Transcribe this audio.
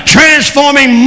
Transforming